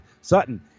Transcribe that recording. Sutton